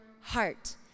heart